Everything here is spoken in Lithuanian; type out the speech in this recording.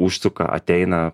užsuka ateina